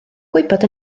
gwybod